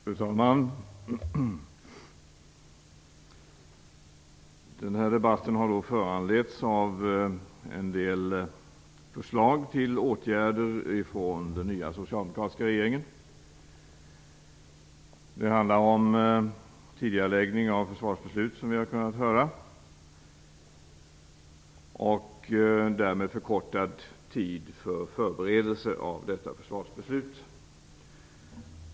Fru talman! Den här debatten har föranletts av en del förslag till åtgärder från den nya socialdemokratiska regeringen. Det handlar om tidigareläggning av försvarsbeslut, som vi har kunnat höra, och därmed förkortad tid för förberedelse av detta försvarsbeslut.